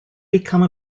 become